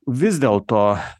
vis dėlto